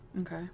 okay